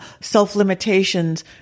self-limitations